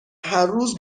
هرروز